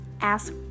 ask